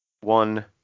one